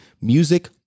Music